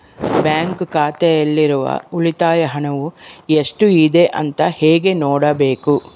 Bank ಖಾತೆಯಲ್ಲಿರುವ ಉಳಿತಾಯ ಹಣವು ಎಷ್ಟುಇದೆ ಅಂತ ಹೇಗೆ ನೋಡಬೇಕು?